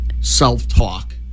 self-talk